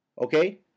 Okay